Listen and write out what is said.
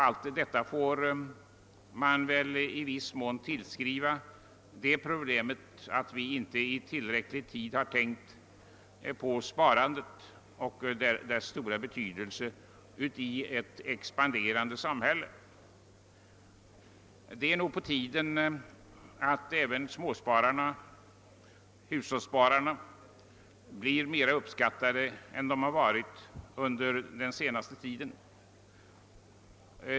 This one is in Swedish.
Allt detta får väl i viss mån tillskrivas den omständigheten, att vi inte i tillräckligt god tid har tänkt på sparandet och dess stora betydelse i ett expanderande samhälle. Det är nog på tiden att även småspararna-hushållsspararna blir mera uppskattade än de har varit under den senaste tiden.